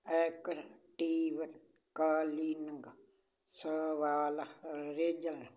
ਐਕਰਟੀਗ ਕਾਲੀਨਿਗ ਸਵਾਲ ਰੇਜਰ